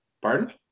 Pardon